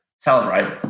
celebrate